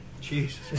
Jesus